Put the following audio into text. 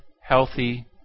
healthy